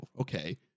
okay